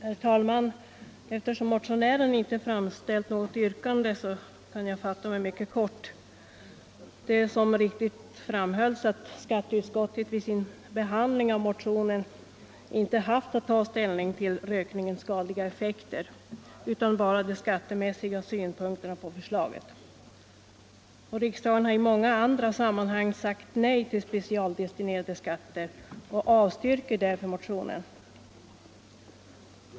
Herr talman! Eftersom motionären inte framställer något yrkande kan jag fatta mig mycket kort. Det är riktigt, som framhölls, att skatteutskottet vid sin behandling av motionen inte haft att ta ställning till rökningens skadliga effekter utan bara till de skattemässiga synpunkterna på förslaget. Riksdagen har i många andra sammanhang sagt nej till specialdestinerade skatter, och utskottet avstyrker därför motionen.